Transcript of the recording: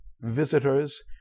visitors